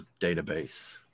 database